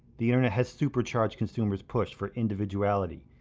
the internet has supercharged consumers push for individuality.